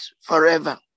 forever